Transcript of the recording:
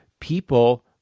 people